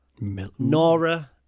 Nora